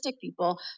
people